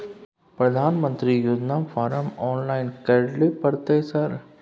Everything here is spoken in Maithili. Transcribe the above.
प्रधानमंत्री योजना फारम ऑनलाइन करैले परतै सर?